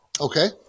Okay